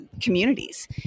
communities